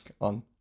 on